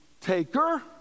taker